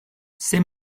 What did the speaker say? c’est